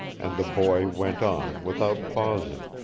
and the boy went on without pausing,